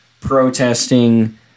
protesting